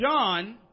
John